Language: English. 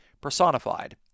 personified